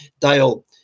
Dale